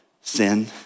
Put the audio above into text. sin